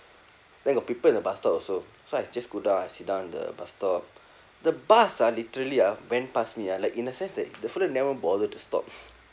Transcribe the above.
then got people at the bus stop also so I just go down I sit down the bus stop the bus ah literally ah went pass me ah like in a sense that the fella never bother to stop